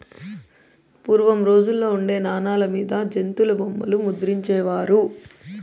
పూర్వం రోజుల్లో ఉండే నాణాల మీద జంతుల బొమ్మలు ముద్రించే వారు